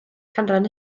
canran